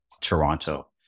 Toronto